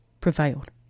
prevailed